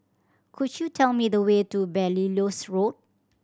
could you tell me the way to Belilios Road